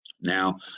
Now